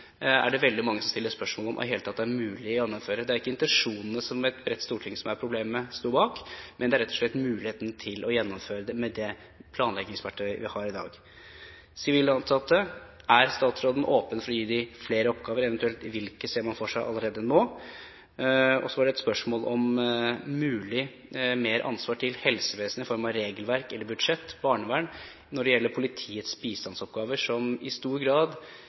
Det er veldig mange som stiller spørsmål om det i det hele tatt er mulig å gjennomføre. Det er ikke intensjonene som et bredt stortingsflertall stod bak, som er problemet, men det er rett og slett muligheten til å gjennomføre det med det planleggingsverktøyet vi har i dag. Til sivile ansatte: Er statsråden åpen for å gi dem flere oppgaver, eventuelt hvilke ser man for seg allerede nå? Så er det et spørsmål om mulighet for mer ansvar til helsevesenet når det gjelder regelverk, budsjett og barnevern med tanke på politiets bistandsoppgaver, som i stor grad